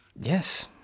Yes